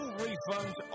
refunds